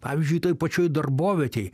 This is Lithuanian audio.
pavyzdžiui toj pačioj darbovietėj